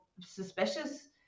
suspicious